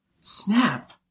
snap